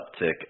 uptick